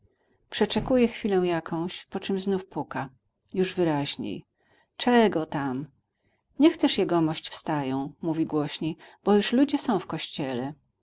przeczekuje chwilę jakąś poczem znów puka już wyraźniej czego tam niech też jegomość wstają mówi głośniej bo już ludzie są w kościele